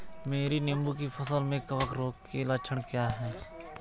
मेरी नींबू की फसल में कवक रोग के लक्षण क्या है?